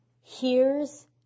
hears